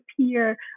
appear